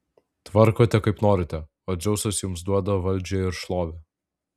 tvarkote kaip norite o dzeusas jums duoda valdžią ir šlovę